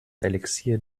elixier